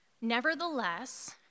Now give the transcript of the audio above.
Nevertheless